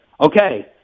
okay